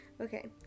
Okay